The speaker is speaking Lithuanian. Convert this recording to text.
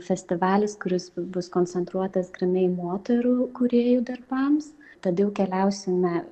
festivalis kuris bus koncentruotas grynai moterų kūrėjų darbams todėl keliausime